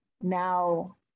now